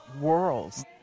worlds